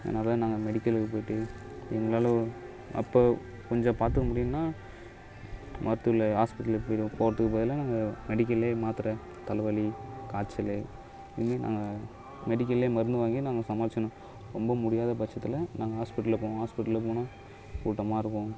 அதனால நாங்கள் மெடிக்கலுக்கு போயிட்டு இருந்தாலும் அப்போ கொஞ்சம் பாத்துக்க முடியுனா ஹாஸ்பிட்டலுக்கு போகறதுக்கு பதிலாக நாங்கள் மெடிக்கல்லே மாத்தரை தலை வலி காய்ச்சலு இன்னும் மெடிக்கல்லே மருந்து வாங்கி நாங்கள் சமாளிச்சின்னு ரொம்ப முடியாத பட்சத்தில் நாங்கள் ஹாஸ்பிட்டலில் போவோம் ஹாஸ்பிட்டலில் போனா கூட்டமாக இருக்கும்